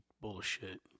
bullshit